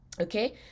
okay